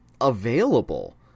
available